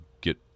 get